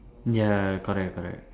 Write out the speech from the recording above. ya correct correct